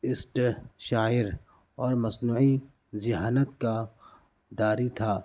شاعر اور مصنوعی ذہانت کا داری تھا